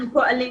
אנחנו פועלים